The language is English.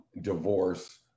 divorce